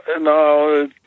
no